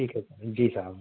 ٹھیک ہے سر جی صاحب